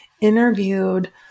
interviewed